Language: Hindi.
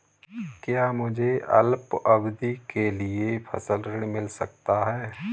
क्या मुझे अल्पावधि के लिए फसल ऋण मिल सकता है?